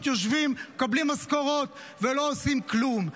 יושבים ומקבלים משכורות ולא עושים כלום.